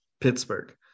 Pittsburgh